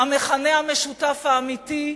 המכנה המשותף האמיתי,